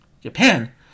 Japan